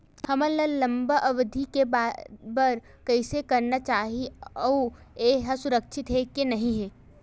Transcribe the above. हमन ला लंबा अवधि के बर कइसे करना चाही अउ ये हा सुरक्षित हे के नई हे?